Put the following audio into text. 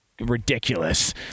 ridiculous